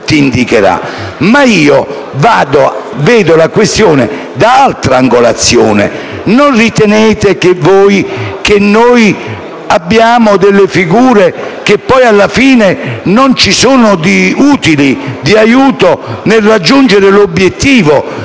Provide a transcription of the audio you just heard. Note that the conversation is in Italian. Ma io vedo la questione da altra angolazione. Non ritenete che noi abbiamo delle figure che alla fine non sono utili, non sono di aiuto nel raggiungere l'obiettivo